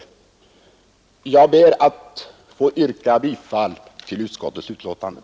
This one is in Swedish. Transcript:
Jag ber att få yrka bifall till utskottets hemställan.